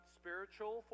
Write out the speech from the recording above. spiritual